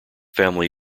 family